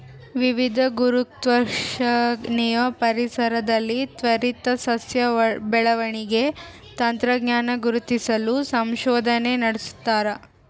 ವಿವಿಧ ಗುರುತ್ವಾಕರ್ಷಣೆಯ ಪರಿಸರದಲ್ಲಿ ತ್ವರಿತ ಸಸ್ಯ ಬೆಳವಣಿಗೆ ತಂತ್ರಜ್ಞಾನ ಗುರುತಿಸಲು ಸಂಶೋಧನೆ ನಡೆಸ್ತಾರೆ